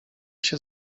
się